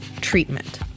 Treatment